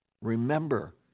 Remember